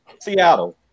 Seattle